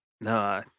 No